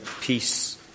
peace